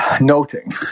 noting